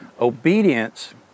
Obedience